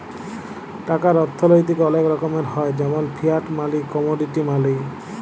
টাকার অথ্থলৈতিক অলেক রকমের হ্যয় যেমল ফিয়াট মালি, কমোডিটি মালি